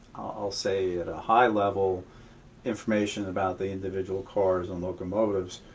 i'll say, at a high level information about the individual cars and locomotives.